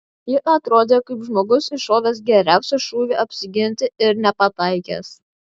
jis atrodė kaip žmogus iššovęs geriausią šūvį apsiginti ir nepataikęs